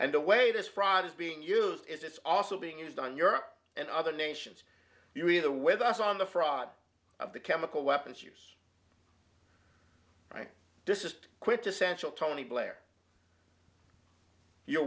and the way this fraud is being used is it's also being used on europe and other nations you're either with us on the fraud of the chemical weapons use right this is quintessential tony blair you're